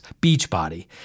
Beachbody